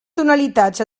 tonalitats